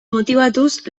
motibatuz